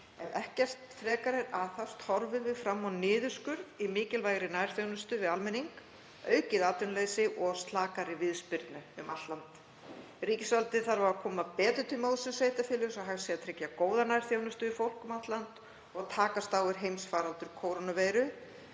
Ef ekkert frekar er aðhafst horfum við fram á niðurskurð í mikilvægri nærþjónustu við almenning, aukið atvinnuleysi og slakari viðspyrnu um allt land. Ríkisvaldið þarf að koma betur til móts við sveitarfélög svo að hægt sé tryggja góða nærþjónustu við fólk um allt land og takast á við heimsfaraldur kórónuveiru,